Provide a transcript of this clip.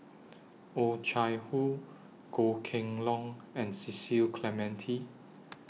Oh Chai Hoo Goh Kheng Long and Cecil Clementi